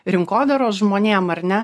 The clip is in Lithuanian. rinkodaros žmonėm ar ne